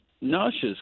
nauseous